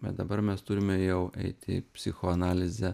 bet dabar mes turime jau eiti į psichoanalizę